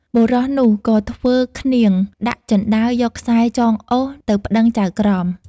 បុរសនោះ ក៏ធ្វើឃ្នាងដាក់ជណ្ដើរយកខ្សែចងអូសទៅប្ដឹងចៅក្រម ។